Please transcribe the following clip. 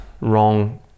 wrong